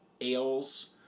ales